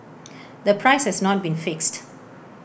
the price has not been fixed